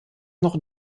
noch